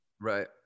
Right